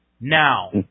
Now